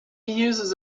uses